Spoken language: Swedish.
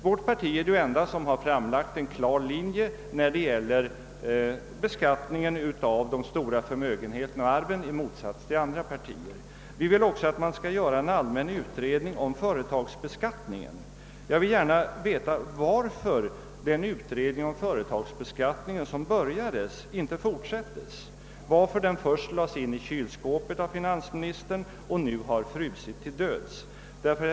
Vårt parti är det enda som har följt en klar linje när det gäller beskattningen av de stora förmögenheterna och arven. Vi vill också att det skall göras en allmän utredning om företagsbeskattningen. Jag vill gärna veta, varför den tidigare igångsatta utredningen om företagsbeskattningen inte fortsattes, varför den först lades in i kylskåpet av finansministern och nu har fått frysa till döds.